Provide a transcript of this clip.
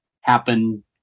happen